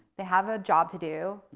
they have a job to do.